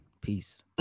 peace